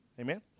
amen